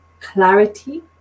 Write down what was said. clarity